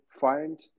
find